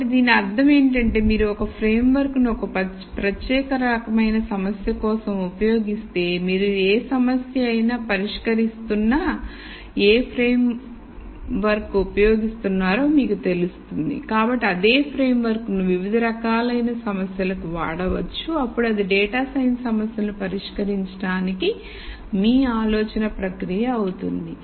కాబట్టి దీని అర్థం ఏమిటంటే మీరు ఒక ఫ్రేమ్వర్క్ను ఒక ప్రత్యేకమైన రకం సమస్య కోసం ఉపయోగిస్తే మీరు ఏ సమస్య అయినా పరిష్కరిస్తున్నఏ ఫ్రేమ్ వర్క్ ఉపయోగిస్తున్నారో మీకు తెలుస్తుంది కాబట్టి అదే ఫ్రేమ్ వర్క్ ను వివిధ రకాలైన సమస్యలకు వాడవచ్చు అప్పుడు అది డేటా సైన్స్ సమస్యలను పరిష్కరించడానికి మీ ఆలోచన ప్రక్రియ అవుతుంది